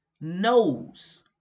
knows